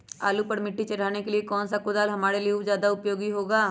आलू पर मिट्टी चढ़ाने के लिए कौन सा कुदाल हमारे लिए ज्यादा उपयोगी होगा?